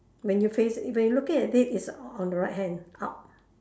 when you face when you looking at it it's on the right hand up